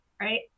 right